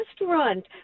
restaurant